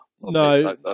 No